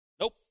Nope